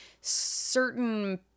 certain